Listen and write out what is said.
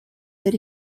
that